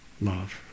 love